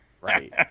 right